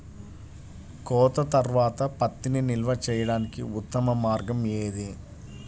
కోత తర్వాత పత్తిని నిల్వ చేయడానికి ఉత్తమ మార్గం ఏది?